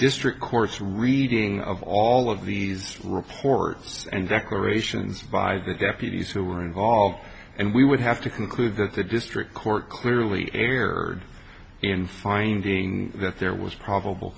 district court's reading of all of these reports and declarations by the deputies who were involved and we would have to conclude that the district court clearly erred in finding that there was probable